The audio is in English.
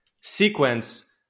sequence